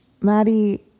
Maddie